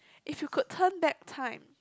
if you could turn back time